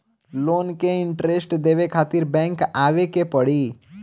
Loan के interest देवे खातिर बैंक आवे के पड़ी?